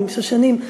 עם שושנים,